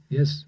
Yes